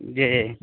جی